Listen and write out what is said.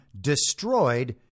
destroyed